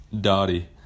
Dottie